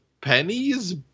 pennies